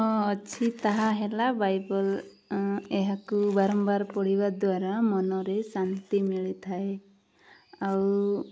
ହଁ ଅଛି ତାହା ହେଲା ବାଇବେଲ୍ ଏହାକୁ ବାରମ୍ବାର ପଢ଼ିବା ଦ୍ୱାରା ମନରେ ଶାନ୍ତି ମିଳିଥାଏ ଆଉ